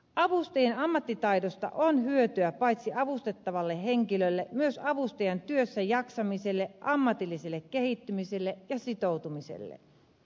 avustajien ammattitaidosta on hyötyä paitsi avustettavalle henkilölle myös avustajan työssä jaksamiselle ammatilliselle kehittymiselle ja sitoutumiselle